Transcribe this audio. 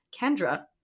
Kendra